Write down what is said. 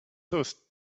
those